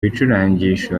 bicurangisho